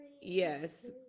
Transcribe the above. Yes